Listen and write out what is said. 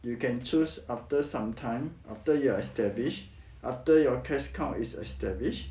you can choose after some time after you establish after your cash cow is established